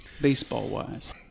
baseball-wise